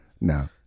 No